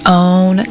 own